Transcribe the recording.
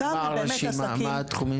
מהם התחומים?